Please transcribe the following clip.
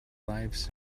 lives